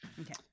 Okay